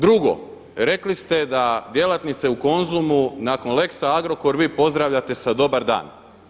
Drugo, rekli ste da djelatnice u Konzumu nakon lex Agrokor vi pozdravljate sa dobar dan.